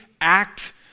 act